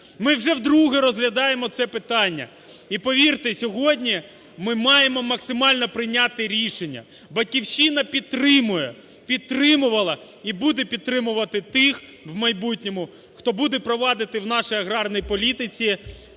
Ми вже вдруге розглядаємо це питання. І повірте, сьогодні ми маємо максимально прийняти рішення. "Батьківщина" підтримує, підтримувала і буде підтримувати тих в майбутньому, хто буде провадити в нашій аграрній політиці